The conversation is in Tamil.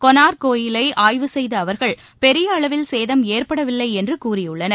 கொனார்க் கோயிலை ஆய்வு செய்த அவர்கள் பெரிய அளவில் சேதம் ஏற்படவில்லை என்று கூறிபுள்ளனர்